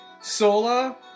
Sola